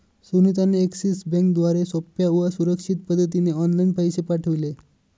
सुनीता ने एक्सिस बँकेद्वारे सोप्या व सुरक्षित पद्धतीने ऑनलाइन पैसे पाठविले